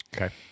Okay